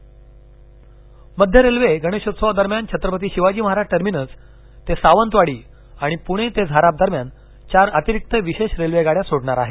railway मध्य railway गणेशोत्सवादरम्यान Chhatrapati Shivaji Maharaj terminus ते सावंतवाड आणि पुणे ते म्नाराप दरम्यान चार अतिरिक्त विशेष रेल्वेगाड्या सोडणार आहे